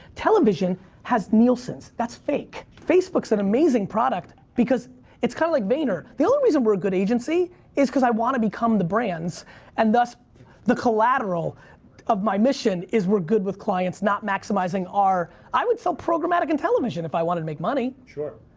television has nielsen's, that's fake. facebook's an amazing product because it's kind of like vayner. the only reason we're a good agency is cause i wanna become the brands and thus the collateral of my mission is we're good with clients, not maximizing our, i would sell programmatic in television if i wanted to make money. sure.